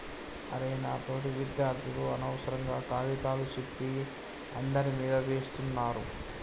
అరె నా తోటి విద్యార్థులు అనవసరంగా కాగితాల సింపి అందరి మీదా వేస్తున్నారు